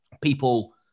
people